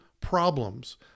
problems